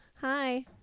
hi